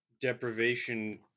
deprivation